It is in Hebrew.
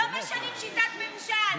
לא משנים שיטת ממשל.